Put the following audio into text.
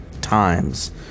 times